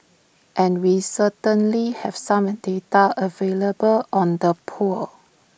and we certainly have some data available on the poor